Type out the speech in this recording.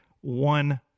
one